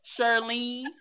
Charlene